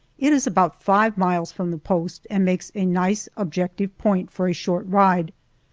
it is about five miles from the post and makes a nice objective point for a short ride,